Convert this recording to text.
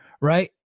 right